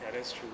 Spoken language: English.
ya that's true